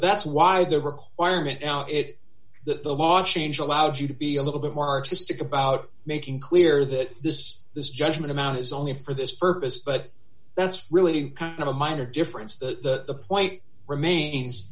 that's why the requirement it that the law change allows you to be a little bit more artistic about making clear that this this judgment amount is only for this purpose but that's really kind of a minor difference to the point remains